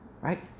right